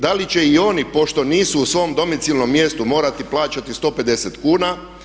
Da li će i oni pošto nisu u svom domicilnom mjestu morati plaćati 150 kuna?